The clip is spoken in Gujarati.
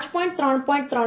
3